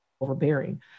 overbearing